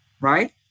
right